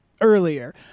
earlier